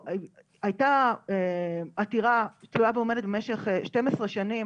הייתה עתירה תלויה ועומדת במשך 12 שנים